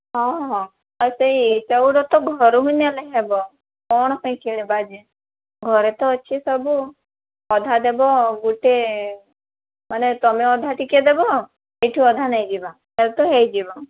ହଁ ହଁ ଆଉ ସେଇଟାଗୁଡ଼ା ତ ଘରୁ ବି ନେଲେ ହେବ କ'ଣ ପାଇଁ କିଣିବା ଯେ ଘରେ ତ ଅଛି ସବୁ ଅଧା ଦେବ ଗୁଟେ ମାନେ ତୁମେ ଅଧା ଟିକିଏ ଦେବ ଏଇଠୁ ଅଧା ନେଇଯିବା ତା'ହେଲେ ତ ହୋଇଯିବ